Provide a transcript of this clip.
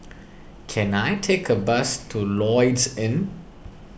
can I take a bus to Lloyds Inn